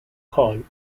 called